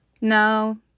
no